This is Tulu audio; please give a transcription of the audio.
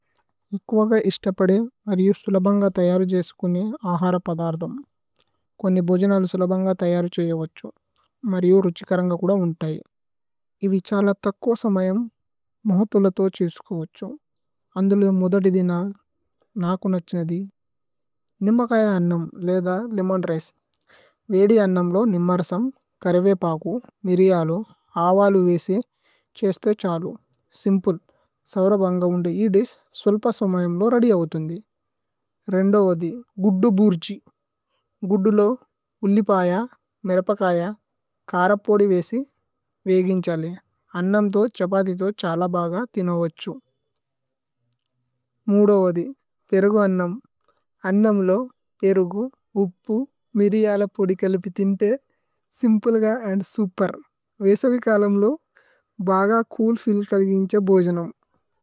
ഇക്കുവഗ ഇസ്തപദേ മരിയു സുലബന്ഗ തയരു। ജേസുകുന്നേ ആഹര പദര്ദമ് കോന്നി ബോജനാലു। സുലബന്ഗ തയരു ഛയ വഛു മരിയു। രുഛികരന്ഗ കുദ ഉന്തയു ഇവി ഛല തക്വോ। സമയമ് മോഹുതുല തോ ഛേസുകു വഛു അന്ധുലു। മുദദ്ദി ദിന നാകു നച്ഛിനദി നിമകയ। അന്നമ് ലേദ ലിമോന് രിചേ വേദി। അന്നമ്ലോ നിമരസമ് കരിവേ പാഗു മിരിയലു। ആവലു വേസി ഛേസുതേ ഛലു സിമ്പ്ലേ സുലബന്ഗ। ഉന്ദൈ യേ ദിശ് സ്വല്പ സമയമ് ലോ രദിയൌതുന്ദി। ഗുദ്ദു ബുര്ജി ഗുദ്ദു ലോ ഉല്ലിപയ മിരപകയ കര। പോദി വേസി വേഗിന്ഛലേ അന്നമ് തോ ഛപഥി തോ। ഛല ബഗ ദിന വഛു പേരുഗു അന്നമ് അന്നമ്। ലോ പേരുഗു ഉപ്പു മിരിയലു പോദി കലിപി ഥിന്തേ। സിമ്പ്ലേ ഗ അന്ദ് സുപേര് വേസവി കലമ് ലോ। ബഗ ചൂല് ഫീല് കലിഗിന്ഛ ബോജനമ്।